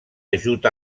ajut